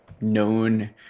known